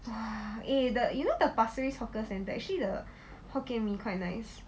!wah! eh the you know the pasir ris hawker centre actually the hokkien mee quite nice